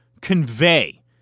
convey